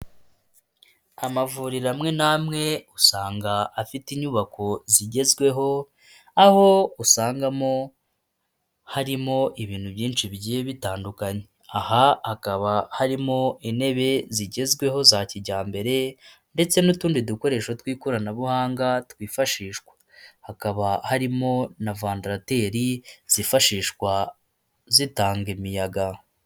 Amavuriro amwe n'amwe usanga afite inyubako zigezweho aho usangamo harimo ibintu byinshi bigiye bitandukanye. Aha hakaba harimo intebe zigezweho za kijyambere ndetse n'utundi dukoresho tw'ikoranabuhanga twifashishwa. Hakaba harimo na vandarateri zifashishwa zitanga imiyaga.